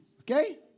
Okay